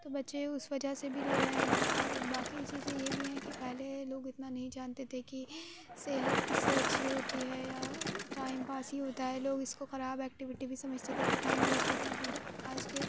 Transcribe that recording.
تو بچے اُس وجہ سے بھی لے رہے ہیں اور باقی چیزیں یہ بھی ہیں کہ پہلے لوگ اتنا نہیں جانتے تھے کہ صحت اِس سے اچھی ہوتی ہے یا ٹائم پاس ہی ہوتا ہے لوگ اِس کو خراب ایکٹوٹی بھی سمجھتے تھے کہ ٹائم ویسٹ ہوتا ہے مگر آج کے